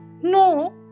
No